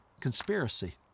conspiracy